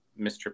Mr